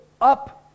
up